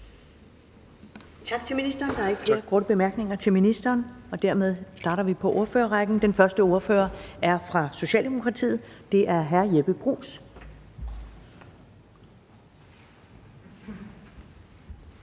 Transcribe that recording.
Tak til ministeren. Der er ikke flere korte bemærkninger til ministeren, og dermed starter vi på ordførerrækken. Den første ordfører er fra Socialdemokratiet, og det er hr. Jeppe Bruus.